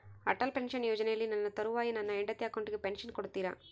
Atal pension ಯೋಜನೆಯಲ್ಲಿ ನನ್ನ ತರುವಾಯ ನನ್ನ ಹೆಂಡತಿ ಅಕೌಂಟಿಗೆ ಪೆನ್ಶನ್ ಕೊಡ್ತೇರಾ?